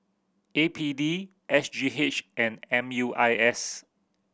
A P D S G H and M U I S